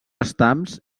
estams